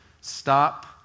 stop